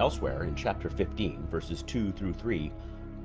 elsewhere in chapter fifteen verses two through three